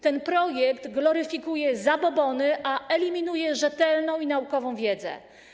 Ten projekt gloryfikuje zabobony, a eliminuje rzetelną i naukową wiedzę.